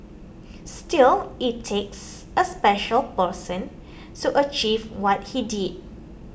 still it takes a special person so achieve what he did